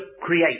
create